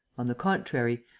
on the contrary,